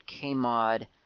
kmod